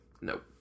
Nope